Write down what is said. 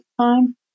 time